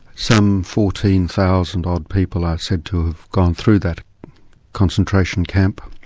some fourteen thousand odd people are said to have gone through that concentration camp,